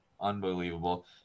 unbelievable